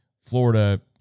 Florida